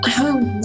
home